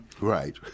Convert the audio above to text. Right